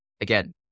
Again